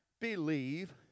believe